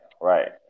right